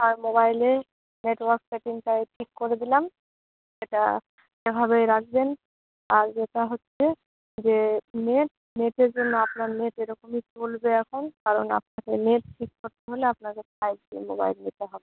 আর মোবাইলে নেটওয়ার্ক সেটিংটা ঠিক করে দিলাম এটা এভাবেই রাখবেন আর যেটা হচ্ছে যে নেট নেটের জন্য আপনার নেট এরকমই চলবে এখন কারণ আপনাকে নেট ঠিক করতে হলে আপনাকে ফাইভ জির মোবাইল নিতে হবে